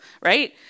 right